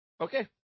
Okay